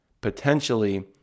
potentially